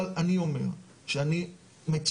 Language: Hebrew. אבל אני אומר שאני מצפה,